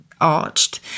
Arched